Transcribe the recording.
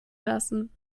lassen